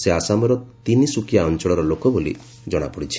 ସେ ଆସାମର ତିନ୍ସୁକିଆ ଅଞ୍ଚଳର ଲୋକ ବୋଲି ଜଣାପଡ଼ିଛି